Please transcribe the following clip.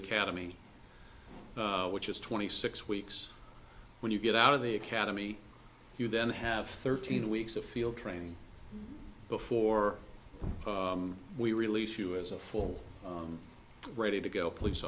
academy which is twenty six weeks when you get out of the academy you then have thirteen weeks of field training before we release you as a full ready to go police